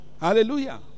hallelujah